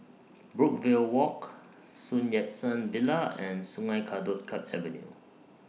Brookvale Walk Sun Yat Sen Villa and Sungei Kadut Avenue